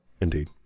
Indeed